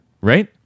right